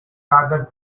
other